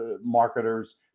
marketers